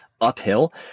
uphill